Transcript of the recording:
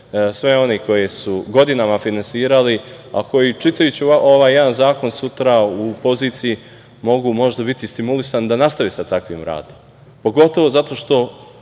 sve one koje su godinama finansirali, a koji čitajući ovaj zakon sutra u poziciji mogu možda biti stimulisani da nastave sa takvim radom, pogotovo zato što